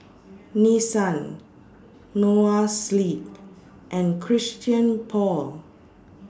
Nissan Noa Sleep and Christian Paul